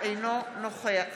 אינו נוכח